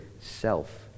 self